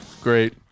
Great